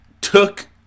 took